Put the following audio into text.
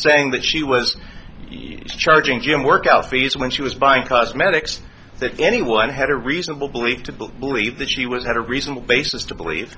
saying that she was charging him workout fees when she was buying cosmetics that anyone had a reasonable belief to believe that she was had a reasonable basis to believe